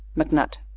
mcnutt.